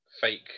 fake